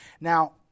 now